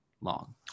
long